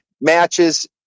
matches